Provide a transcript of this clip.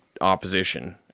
opposition